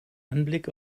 anblick